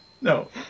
no